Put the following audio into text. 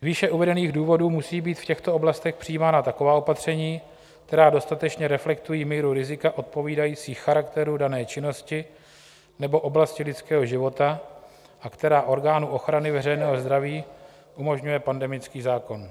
Z výše uvedených důvodů musí být v těchto oblastech přijímána taková opatření, která dostatečně reflektují míru rizika odpovídající charakteru dané činnosti nebo oblasti lidského života a která orgánu ochrany veřejného zdraví umožňuje pandemický zákon.